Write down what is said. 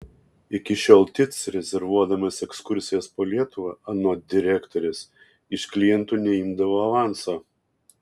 iki šiol tic rezervuodamas ekskursijas po lietuvą anot direktorės iš klientų neimdavo avanso